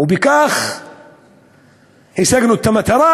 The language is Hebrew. ובכך השגנו את המטרה